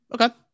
Okay